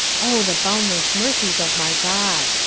o the boundless mercies of my god!